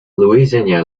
louisiana